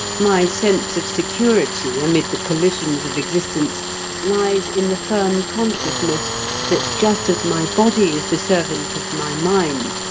my sense of security amid the collisions of existence lies in the firm consciousness that just as my body is the servant of my mind,